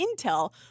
intel